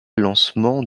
lancement